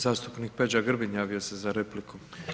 Zastupnik Peđa Grbin javio se za repliku.